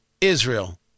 Israel